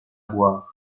boire